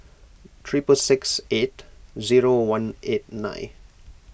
triple six eight zero one eight nine